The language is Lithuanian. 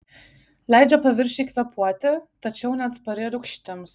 leidžia paviršiui kvėpuoti tačiau neatspari rūgštims